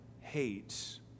hates